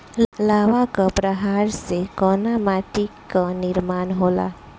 लावा क प्रवाह से कउना माटी क निर्माण होला?